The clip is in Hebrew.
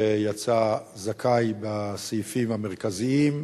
שיצא זכאי בסעיפים המרכזיים,